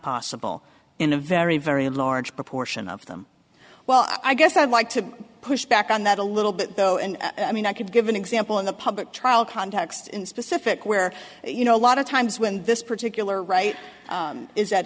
possible in a very very large proportion of them well i guess i'd like to push back on that a little bit though and i mean i could give an example in the public trial context in specific where you know a lot of times when this particular right